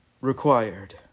required